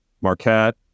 Marquette